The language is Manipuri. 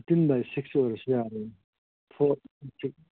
ꯐꯤꯐꯇꯤꯟ ꯕꯥꯏ ꯁꯤꯛ ꯑꯣꯏꯔꯁꯨ ꯌꯥꯔꯦꯅꯦ